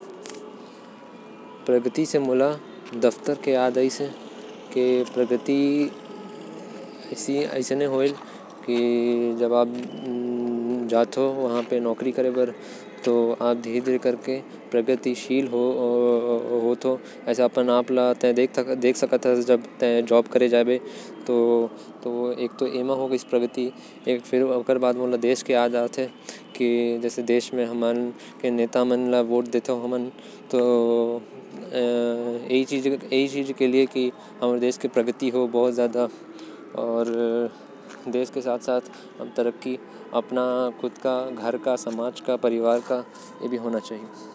प्रगति से मोके दफ्तर के याद आते। जब हमन अच्छा काम करथी तो हमर प्रगति होथे। अउ हमर देश जेकर बर हमन ला प्रगति के काम करना चाही। अगर हमर देश प्रगति करहि तो हमन भी करब।